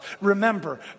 Remember